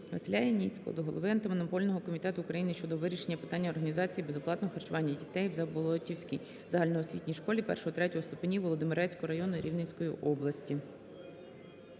Василя Яніцького до голови Антимонопольного комітету України щодо вирішення питання організації безоплатного харчування дітей в Заболоттівській загальноосвітній школі І-ІІІ ступенів Володимирецького району Рівненської області.